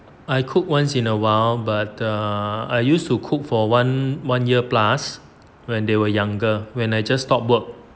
I cook once in a while but uh I used to cook for one one year plus when they were younger when I just stop work